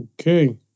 okay